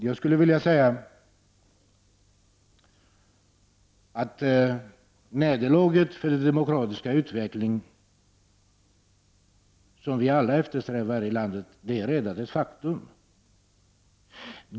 Jag skulle vilja säga att nederlaget för den demokratiska utveckling som vi alla här i landet eftersträvar redan är ett faktum.